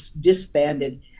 disbanded